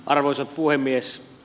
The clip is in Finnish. arvoisa puhemies